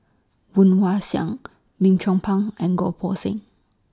Woon Wah Siang Lim Chong Pang and Goh Poh Seng